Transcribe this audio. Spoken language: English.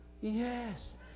Yes